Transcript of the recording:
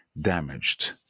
damaged